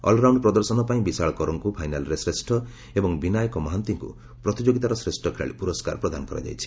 all-round ପ୍ରଦର୍ଶନ ପାଇଁ ବିଶାଳ କରଙ୍ଙ୍ ଫାଇନାଲ୍ରେ ଶ୍ରେଷ୍ ଏବଂ ବିନାୟକ ମହାନ୍ତିଙ୍କୁ ପ୍ରତିଯୋଗିତାର ଶ୍ରେଷ୍ଷ ଖେଳାଳି ପୁରସ୍କାର ପ୍ରଦାନ କରାଯାଇଛି